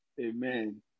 Amen